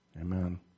Amen